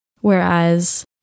Whereas